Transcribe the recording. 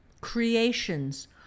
creations